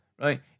right